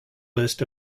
list